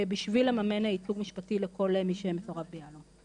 בשביל לממן ייצוג משפטי לכל מי שמסורב ביהלו"ם,